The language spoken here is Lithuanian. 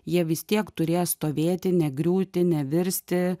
jie vis tiek turės stovėti negriūti nevirsti